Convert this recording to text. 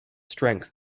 strength